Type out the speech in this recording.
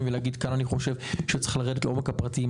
ולהגיד: כאן אני חושב שצריך לרדת לעומק הפרטים,